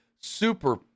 Super